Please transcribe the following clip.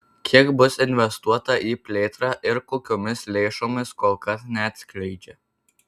kiek bus investuota į plėtrą ir kokiomis lėšomis kol kas neatskleidžia